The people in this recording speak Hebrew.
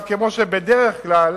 כמו שבדרך כלל